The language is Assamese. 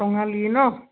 টঙালি ন